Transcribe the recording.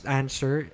answer